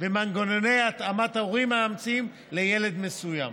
ומנגנוני התאמת הורים מאמצים לילד מסוים.